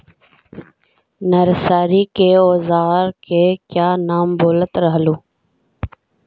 Nursery के ओजार के क्या नाम बोलत रहलू?